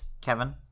Kevin